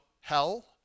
hell